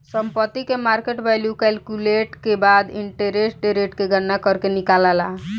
संपत्ति के market value calculate के बाद इंटरेस्ट रेट के गणना करके निकालाला